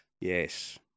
Yes